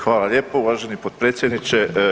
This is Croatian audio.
Hvala lijepo uvaženi potpredsjedniče.